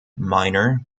minor